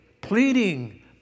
pleading